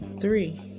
Three